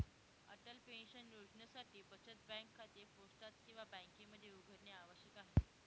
Atal pension योजनेसाठी बचत bank खाते पोस्टात किंवा बँकेमध्ये उघडणे आवश्यक आहे